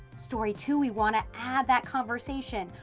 story two, we want to add that conversation,